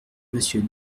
monsieur